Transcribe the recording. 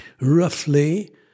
roughly